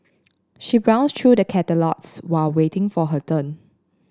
she browsed through the catalogues while waiting for her turn